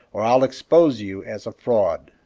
or i'll expose you as a fraud.